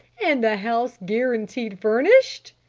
and the house guaranteed furnished?